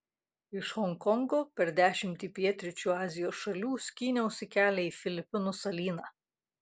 iš honkongo per dešimtį pietryčių azijos šalių skyniausi kelią į filipinų salyną